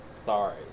Sorry